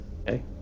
Okay